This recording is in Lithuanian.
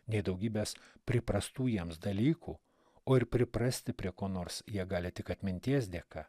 nei daugybės priprastų jiems dalykų o ir priprasti prie ko nors jie gali tik atminties dėka